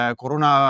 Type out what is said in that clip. corona